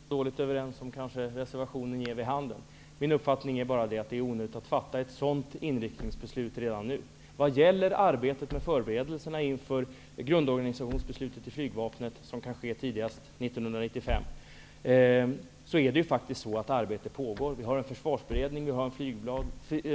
Herr talman! Jag vill framhålla att vi inte är så dåligt överens som reservationen kanske ger vid handen. Enligt min uppfattning är det dock onödigt att fatta ett inriktningsbeslut redan nu. Vad gäller arbetet med förberedelserna inför grundorganisationsbeslutet i fråga om flygvapnet -- något som kan ske tidigast 1995 -- pågår faktiskt ett arbete. Vi har ju en Försvarsberedning,